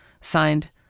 Signed